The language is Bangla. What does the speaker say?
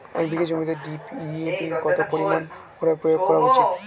এক বিঘে জমিতে ডি.এ.পি কত পরিমাণ প্রয়োগ করা উচিৎ?